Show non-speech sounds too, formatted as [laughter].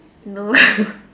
no [laughs]